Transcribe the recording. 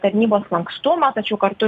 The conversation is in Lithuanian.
tarnybos lankstumą tačiau kartu